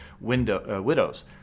widows